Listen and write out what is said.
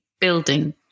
building